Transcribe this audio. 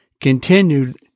continued